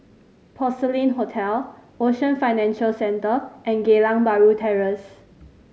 Porcelain Hotel Ocean Financial Centre and Geylang Bahru Terrace